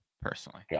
personally